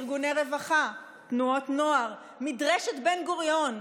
ארגוני הרווחה, תנועות נוער, מדרשת בן גוריון,